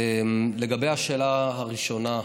לגבי השאלה הראשונה,